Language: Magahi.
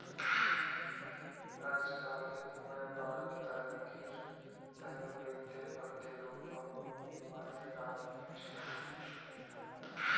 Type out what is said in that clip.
अजकालित व्यापारत तरक्कीर तने वित्तीय प्रतिरूप बहुत मायने राख छेक